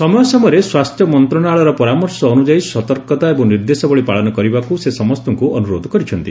ସମୟ ସମୟରେ ସ୍ୱାସ୍ଥ୍ୟ ମନ୍ତ୍ରଣାଳୟର ପରାମର୍ଶ ଅନୁଯାୟୀ ସତର୍କତା ଏବଂ ନିର୍ଦ୍ଦେଶାବଳୀ ପାଳନ କରିବାକୁ ସେ ସମସ୍ତଙ୍କୁ ଅନୁରୋଧ କରିଛନ୍ତି